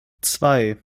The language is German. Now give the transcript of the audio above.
zwei